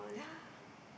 yeah